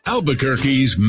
Albuquerque's